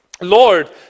Lord